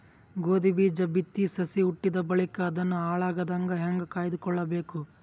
ಗೋಧಿ ಬೀಜ ಬಿತ್ತಿ ಸಸಿ ಹುಟ್ಟಿದ ಬಳಿಕ ಅದನ್ನು ಹಾಳಾಗದಂಗ ಹೇಂಗ ಕಾಯ್ದುಕೊಳಬೇಕು?